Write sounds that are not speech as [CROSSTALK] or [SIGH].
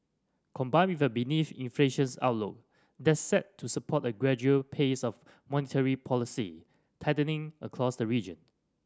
combined with a [UNINTELLIGIBLE] inflations outlook that set to support a gradual pace of monetary policy tightening across the region